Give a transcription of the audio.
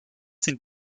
sind